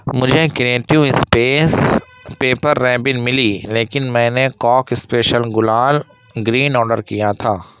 مجھے کرینٹئو space paper ribbon ملی لیکن میں نے کاک اسپیشل گلال گرین آڈر کیا تھا